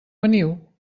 veniu